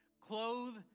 clothe